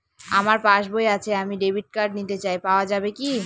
আমার পাসবই আছে আমি ডেবিট কার্ড নিতে চাই পাওয়া যাবে কি?